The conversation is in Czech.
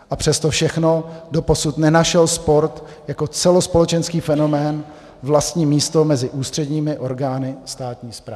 A přes to všechno doposud nenašel sport jako celospolečenský fenomén vlastní místo mezi ústředními orgány státní správy.